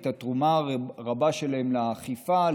את התרומה הרבה שלהם לאכיפה,